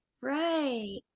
Right